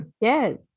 yes